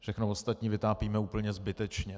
Všechno ostatní vytápíme úplně zbytečně.